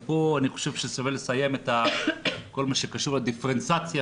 ופה אני חושב ששווה לסיים את כל מה שקשור לדיפרנציאציה